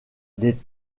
des